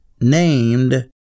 named